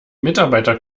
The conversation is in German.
mitarbeiter